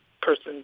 person